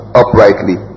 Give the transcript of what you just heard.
uprightly